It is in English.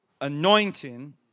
anointing